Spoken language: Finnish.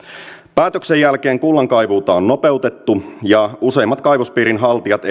päätöksen jälkeen kullankaivuuta on nopeutettu ja useimmat kaivospiirin haltijat